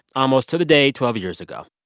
almost to the day twelve years ago.